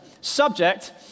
Subject